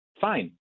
Fine